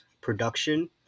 production